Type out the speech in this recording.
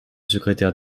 secrétaire